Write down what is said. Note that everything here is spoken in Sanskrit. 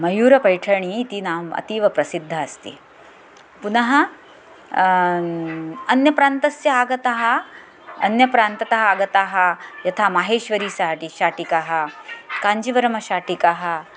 मयूरपैठणी इति नाम् अतीव प्रसिद्धा अस्ति पुनः अन्यप्रान्तस्य आगतः अन्यप्रान्ततः आगताः यथा महेश्वरी साटि शाटिकाः काञ्जिवरमशाटिकाः